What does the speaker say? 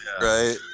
Right